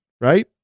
right